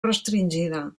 restringida